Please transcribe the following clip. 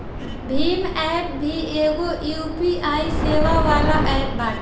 Bhim app भी एगो UPI सेवा वाला एप्प बाटे